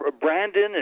Brandon